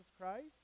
Christ